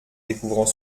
découvrant